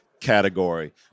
category